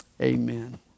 Amen